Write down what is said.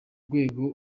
rwego